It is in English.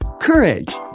courage